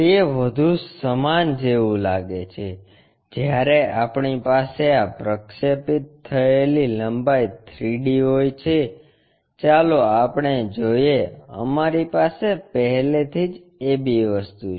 તે વધુ સમાન જેવું લાગે છે જ્યારે આપણી પાસે આ પ્રક્ષેપિત થયેલી લંબાઈ 3 D હોય છે ચાલો આપણે જોઈએ અમારી પાસે પહેલેથી જ AB વસ્તુ છે